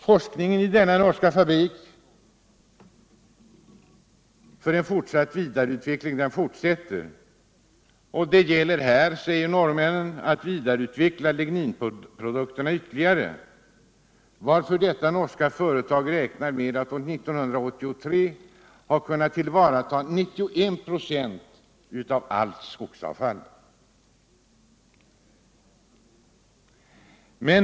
Forskningen i den norska fabriken för fortsatt vidareutveckling pågår. Det gäller här, säger norrmännen, att vidareutveckla ligninprodukterna ytterligare, varför detta norska företag räknar med att år 1983 ha kunnat tillvarata 91 96 av allt skogsavfall.